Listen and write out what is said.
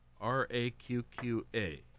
R-A-Q-Q-A